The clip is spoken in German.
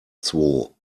zwo